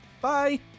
Bye